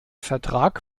vertrag